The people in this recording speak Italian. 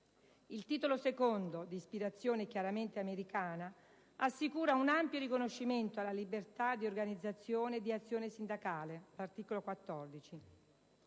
Il Titolo II, di ispirazione chiaramente americana, assicura un ampio riconoscimento alla libertà di organizzazione e di azione sindacale (articolo 14)